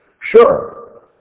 Sure